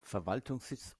verwaltungssitz